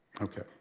Okay